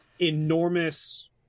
enormous